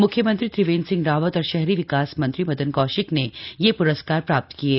म्ख्यमंत्री त्रिवेन्द्र सिंह रावत और शहरी विकास मंत्री मदन कौशिक ने ये प्रस्कार प्राप्त किये